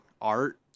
art